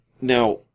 Now